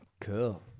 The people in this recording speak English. Cool